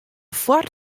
foar